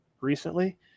recently